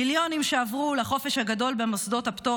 מיליונים עברו לחופש הגדול במוסדות הפטור